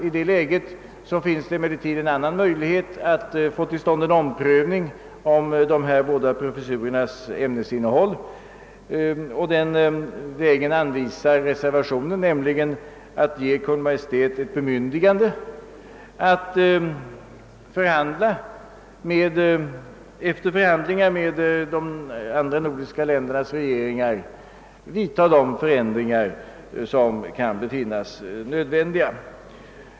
I det läget finns det emellertid en annan möjlighet att få till stånd en omprövning av de båda professurernas ämnesinnehåll — och den vägen anvisar reservationen, nämligen att ge Kungl. Maj:t ett bemyndigande att efter förhandlingar med de andra nordiska ländernas regeringar göra de ändringar som kan befinnas nödvändiga.